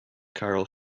carl